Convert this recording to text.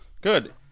Good